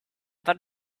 that